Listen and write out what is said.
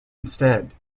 instead